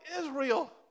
Israel